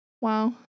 wow